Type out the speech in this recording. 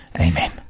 amen